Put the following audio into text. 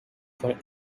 for